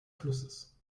flusses